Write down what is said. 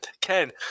Ken